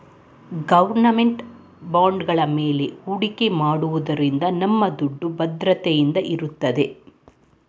government ಬಾಂಡ್ಗಳ ಮೇಲೆ ಹೂಡಿಕೆ ಮಾಡೋದ್ರಿಂದ ನಮ್ಮ ದುಡ್ಡು ಭದ್ರತೆಯಿಂದ ಇರುತ್ತೆ